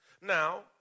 Now